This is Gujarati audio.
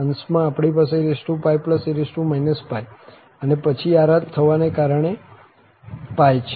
અંશમાં આપણી પાસે ee અને પછી આ રદ થવાને કારણે π છે